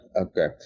Okay